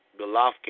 Golovkin